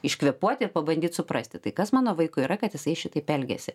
iškvėpuot ir pabandyt suprasti tai kas mano vaikui yra kad jisai šitaip elgiasi